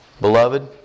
Beloved